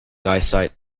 eyesight